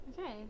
Okay